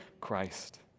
Christ